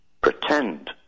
pretend